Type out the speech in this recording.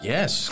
Yes